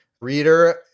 reader